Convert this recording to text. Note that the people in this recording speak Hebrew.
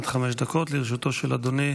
בבקשה, עד חמש דקות לרשותו של אדוני